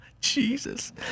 jesus